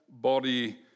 body